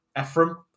Ephraim